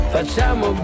Facciamo